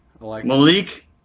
Malik